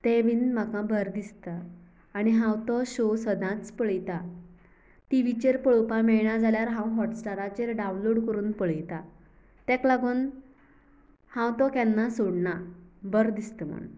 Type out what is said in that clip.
तें बीन म्हका बरें दिसता आनी हांव तो शो सदांच पळयतां टिवीचेर पळोपा मेळना जाल्यार हांव हॉटस्टाराचाेर डावनलोड करून पळयता तेका लागून हांव तो केन्ना सोडना बरो दिसता म्हणून